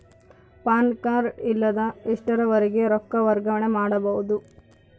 PAN card ಇಲ್ಲದ ಎಷ್ಟರವರೆಗೂ ರೊಕ್ಕ ವರ್ಗಾವಣೆ ಮಾಡಬಹುದು?